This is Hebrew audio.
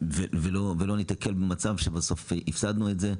ולא ניתקל במצב שבסוף הפסדנו את זה,